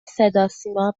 صداسیما